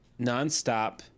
nonstop